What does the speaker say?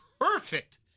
perfect